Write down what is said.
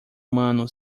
humano